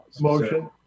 Motion